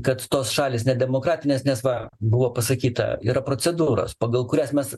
kad tos šalys nedemokratinės nes va buvo pasakyta yra procedūros pagal kurias mes